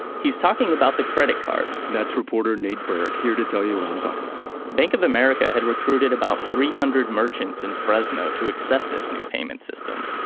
he's talking about the credit card that's reporter nate berg here to tell you what i'm talking about bank of america had recruited about three hundred merchants in fresno to accept this new payment system.